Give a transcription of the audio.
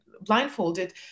blindfolded